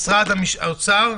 משרד האוצר.